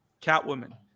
Catwoman